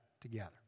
together